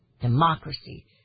Democracy